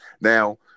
Now